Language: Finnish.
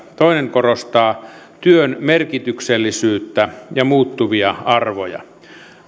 korostaa työn merkityksellisyyttä ja muuttuvia arvoja